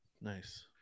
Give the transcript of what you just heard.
Nice